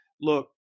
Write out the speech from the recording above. look